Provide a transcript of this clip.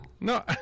No